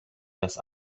das